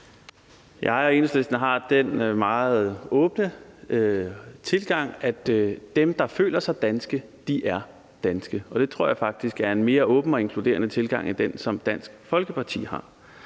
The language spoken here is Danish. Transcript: Jeg og Enhedslisten har den meget åbne tilgang, at dem, der føler sig danske, er danske. Og det tror jeg faktisk er en mere åben og inkluderende tilgang end den, som Dansk Folkeparti har,